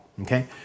okay